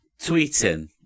tweeting